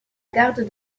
garde